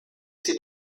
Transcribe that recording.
sie